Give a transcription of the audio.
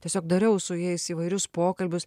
tiesiog dariau su jais įvairius pokalbius